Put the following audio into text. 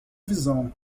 visão